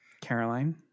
Caroline